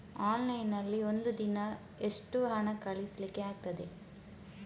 Online ನಲ್ಲಿ ಒಂದು ದಿನ ಎಷ್ಟು ಹಣ ಕಳಿಸ್ಲಿಕ್ಕೆ ಆಗ್ತದೆ?